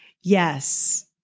Yes